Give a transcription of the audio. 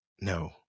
no